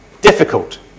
difficult